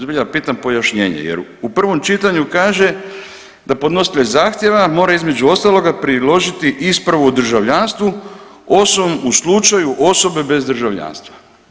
Zbilja pitam pojašnjenje, jer u prvom čitanju kaže da podnositelj zahtjeva mora između ostaloga priložiti ispravu o državljanstvu osim u slučaju osobe bez državljanstva.